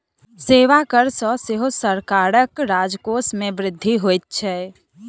सेवा कर सॅ सेहो सरकारक राजकोष मे वृद्धि होइत छै